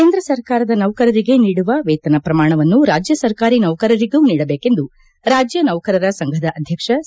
ಕೇಂದ್ರ ಸರ್ಕಾರದ ನೌಕರರಿಗೆ ನೀಡುವ ವೇತನ ಪ್ರಮಾಣವನ್ನು ರಾಜ್ಯ ಸರ್ಕಾರಿ ನೌಕರರಿಗೂ ನೀಡಬೇಕೆಂದು ರಾಜ್ಯ ನೌಕರರ ಸಂಘದ ಅಧ್ಯಕ್ಷ ಸಿ